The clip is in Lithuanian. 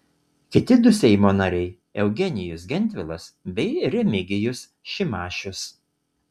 kiti du seimo nariai eugenijus gentvilas bei remigijus šimašius